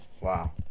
Wow